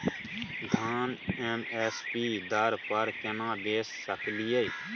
धान M S P दर पर केना बेच सकलियै?